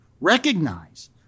recognize